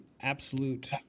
absolute